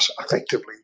effectively